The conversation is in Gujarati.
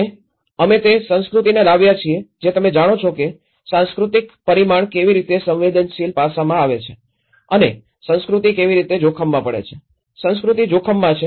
અને અમે તે સંસ્કૃતિને લાવ્યા છીએ જે તમે જાણો છો કે સાંસ્કૃતિક પરિમાણ કેવી રીતે સંવેદનશીલ પાસામાં આવે છે અને સંસ્કૃતિ કેવી રીતે જોખમમાં પડે છે સંસ્કૃતિ જોખમમાં છે